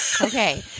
Okay